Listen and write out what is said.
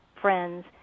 friends